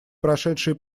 прошедшие